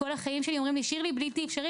כל החיים שלי אומרים לי "שירלי זה בלתי אפשרי,